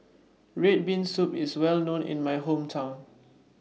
Red Bean Soup IS Well known in My Hometown